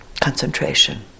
concentration